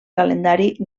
calendari